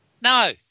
No